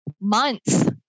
months